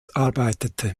arbeitete